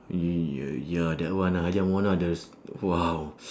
y~ ya ya that one ah hajjah mona the !wow!